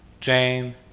Jane